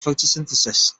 photosynthesis